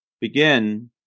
begin